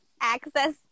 access